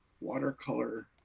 watercolor